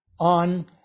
on